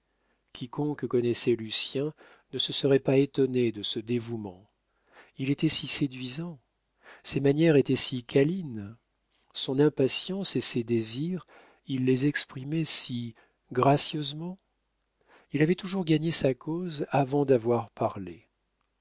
quiconque connaissait lucien ne se serait pas étonné de ce dévouement il était si séduisant ses manières étaient si câlines son impatience et ses désirs il les exprimait si gracieusement il avait toujours gagné sa cause avant d'avoir parlé